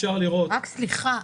סליחה,